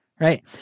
right